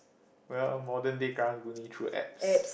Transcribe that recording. well modern day Karang-Guni through apps